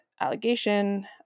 allegation